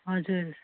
हजुर